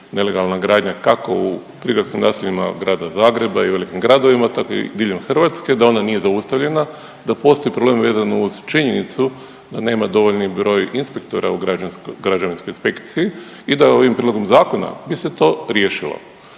nelegalna gradnja kako u prigradskim naseljima grada Zagreba i velikim gradovima, tako i diljem Hrvatske, da ona nije zaustavljena. Da postoji problem vezan uz činjenicu da nema dovoljni broj inspektora u građevinskoj inspekciji i da ovim prijedlogom zakona bi se to riješilo.